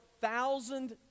thousand